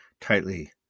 tightly